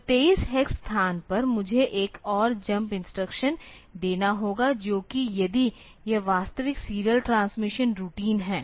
तो 23 हेक्स स्थान पर मुझे एक और jump इंस्ट्रक्शन देना होगा जो कि यदि यह वास्तविक सीरियल ट्रांसमिशन रूटीन है